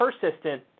persistent